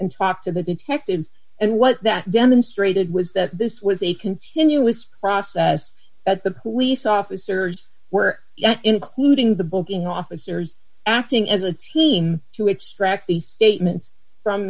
and talk to the detectives and what that demonstrated was that this was a continuous process that the police officers were including the booking officers acting as a teen to extract the statements from